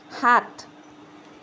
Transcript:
সাত